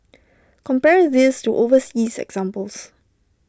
compare this to overseas examples